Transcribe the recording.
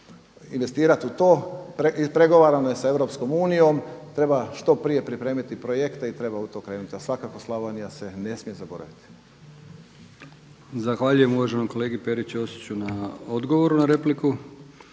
investirat u to. Pregovarano je sa EU, treba što prije pripremiti projekte i treba to pokrenuti a svakako Slavonija se ne smije zaboraviti. **Brkić, Milijan (HDZ)** Zahvaljujem uvaženom kolegi Peri Ćosiću na odgovoru na repliku.